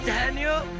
Daniel